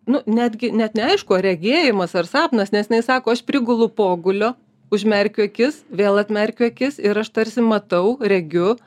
nu netgi net neaišku ar regėjimas ar sapnas nes jinai sako aš prigulu pogulio užmerkiu akis vėl atmerkiu akis ir aš tarsi matau regiu